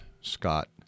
Scott